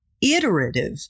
iterative